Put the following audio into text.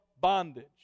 bondage